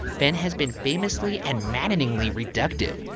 fenn has been famously and maddeningly reductive.